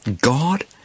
God